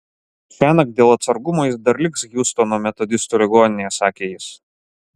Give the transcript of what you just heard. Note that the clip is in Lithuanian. šiąnakt dėl atsargumo jis dar liks hjustono metodistų ligoninėje sakė jis